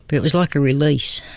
but it was like a release,